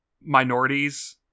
minorities